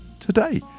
today